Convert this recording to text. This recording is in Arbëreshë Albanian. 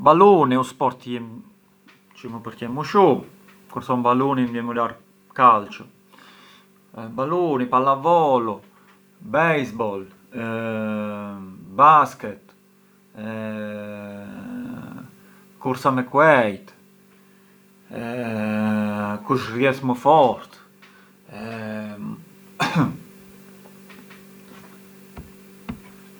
Baluni ë u sport jim çë më përqen më shumë, kur thom baluni vjemërar calcio, baluni, palavolo, baseball, basket, kursa me kuejt, kush rrjedh më fort.